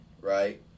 right